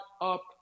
up